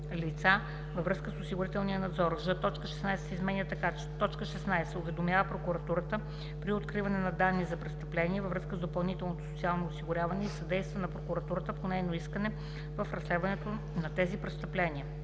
във връзка с осигурителния надзор;” ж) точка 16 се изменя така: „16. уведомява прокуратурата при откриване на данни за престъпления във връзка с допълнителното социално осигуряване и съдейства на прокуратурата по нейно искане в разследването на тези престъпления.“